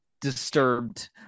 disturbed